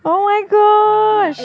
oh my gosh